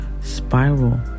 spiral